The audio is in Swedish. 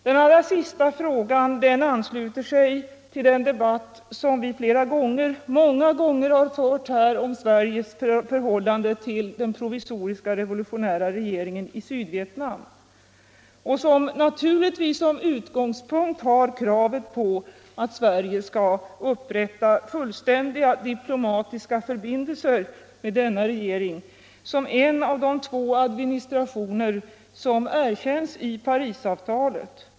Den sista frågan ansluter sig till den debatt som vi många gånger har fört här om Sveriges förhållande till den provisoriska revolutionära regeringen i Sydvietnam och som naturligtvis som utgångspunkt har kravet på att Sverige skall upprätta fullständiga diplomatiska förbindelser med denna regering som en av de två administrationer vilka erkänns i Parisavtalet.